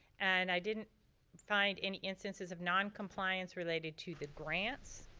and i didn't find any instances of non-compliance related to the grants.